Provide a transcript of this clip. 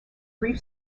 brief